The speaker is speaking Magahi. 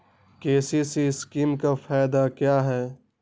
के.सी.सी स्कीम का फायदा क्या है?